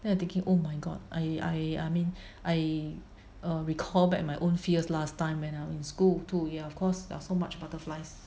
then I thinking oh my god I I I mean I when I recall back my own fears last time when I was in school too ya of course there are so much butterflies